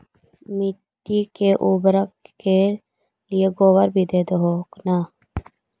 मिट्टी के उर्बरक के लिये गोबर भी दे हो न?